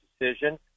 decision